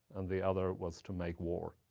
and the other was to make war.